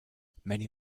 many